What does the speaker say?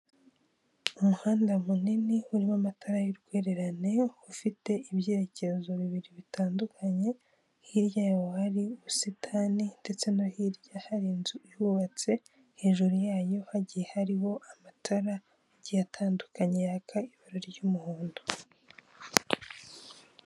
Umuhanda munini urimo amatara y'urwererane ufite ibyerekezo bibiri bitandukanye, hirya yawo hari ubusitani ndetse no hirya hari inzu ihubatse, hejuru yayo hagiye hariho amatara agiye atandukanye yaka ibara ry'umuhondo.